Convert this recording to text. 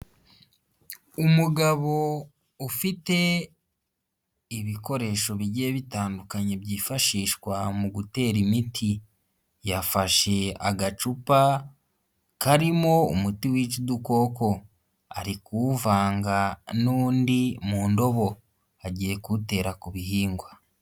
Umugabo ufite ibikoresho bigiye bitandukanye byifashishwa mu gutera imiti, yafashe agacupa karimo umuti wica udukoko ari kuwuvanga n'undi mu ndobo agiye kuwutera ku bihingwa.